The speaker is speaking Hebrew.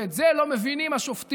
ואת זה לא מבינים השופטים,